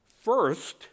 first